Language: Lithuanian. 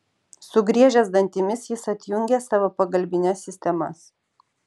sugriežęs dantimis jis atjungė savo pagalbines sistemas